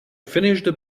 finished